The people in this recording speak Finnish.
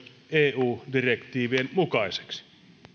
eu direktiivien mukaiseksi